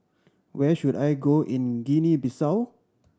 where should I go in Guinea Bissau